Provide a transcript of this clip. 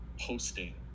posting